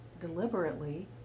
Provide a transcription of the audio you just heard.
deliberately